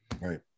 Right